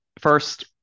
first